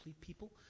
people